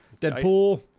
Deadpool